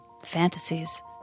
fantasies